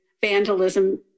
vandalism